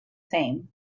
same